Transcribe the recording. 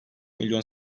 milyon